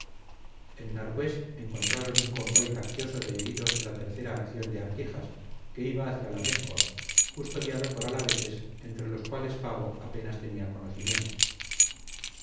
pastores en narcués encontraron un convoy faccioso de heridos de la tercera acción de arquijas que iba hacia la amézcoa custodiado por alaveses entre los cuales fago apenas tenía conocimientos